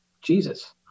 Jesus